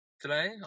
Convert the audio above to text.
today